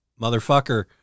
motherfucker